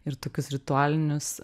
ir tokius ritualinius